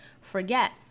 forget